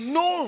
no